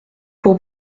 pour